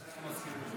שנינו מסכימים על זה.